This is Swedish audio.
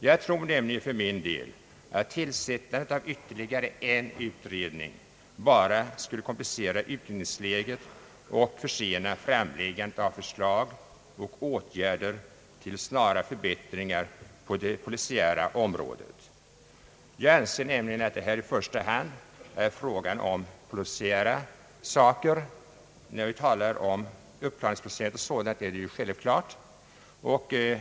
Jag tror nämligen att tillsättandet av ytterligare en utredning bara skulle komplicera utredningsläget och försena framläggandet av förslag och åtgärder till snara förbättringar på det polisiära området. Jag anser att det här i första hand är fråga om polisiära saker. När vi t.ex. talar om uppklaringsprocenten är det självklart så.